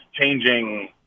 changing